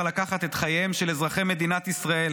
לקחת את חייהם של אזרחי מדינת ישראל,